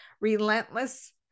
relentless